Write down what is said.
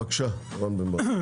בבקשה, רם בן ברק.